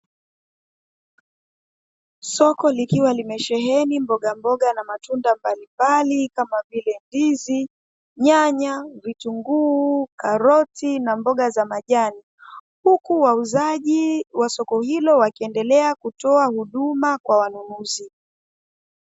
Soko likiwa liimesheheni mbogamboga na matunda mbalimbali, kama vile ndizi, nyanya, vitunguu, karoti na mboga za majani huku wauzaji wa soko hilo wakiendelea kutoa huduma kwa wanunuzi.